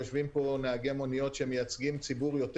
יושבים פה בעלי מוניות שמייצגים ציבור יותר